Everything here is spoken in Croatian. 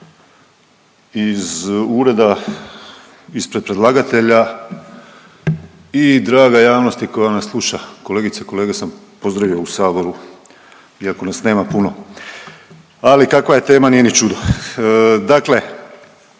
iz ureda ispred predlagatelja i draga javnosti koja me sluša. Kolegice i kolege sam pozdravio u saboru iako nas nema puno, ali kakva je tema nije ni čudo. Dakle,